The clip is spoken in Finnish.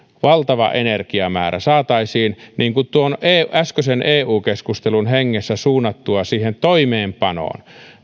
valtavan energiamäärän niin kuin äskeisen eu keskustelun hengessä suunnattua toimeenpanoon